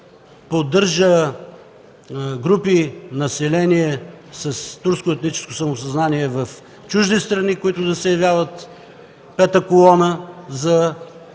поддържа групи население с турско етническо самосъзнание в чужди страни, които да се явяват пета колона за